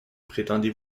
prétendez